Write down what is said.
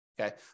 Okay